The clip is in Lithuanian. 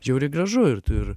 žiauriai gražu ir tu ir